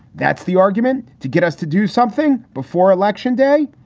that's the argument to get us to do something before election day.